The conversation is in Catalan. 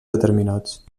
determinats